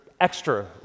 extra